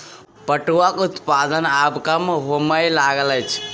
पटुआक उत्पादन आब कम होमय लागल अछि